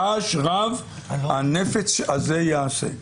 רעש רב הנפץ הזה יעשה.